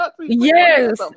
Yes